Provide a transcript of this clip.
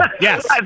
Yes